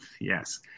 yes